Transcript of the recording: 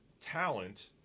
talent